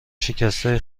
شکسته